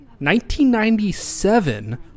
1997